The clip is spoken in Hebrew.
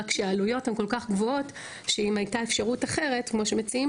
רק שהעלויות כל כך גבוהות ואם הייתה אפשרות אחרת כמו שמציעים